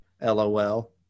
LOL